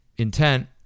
Intent